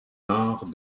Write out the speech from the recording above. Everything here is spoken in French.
nord